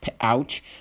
Ouch